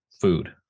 food